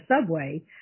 subway